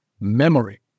memory